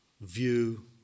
view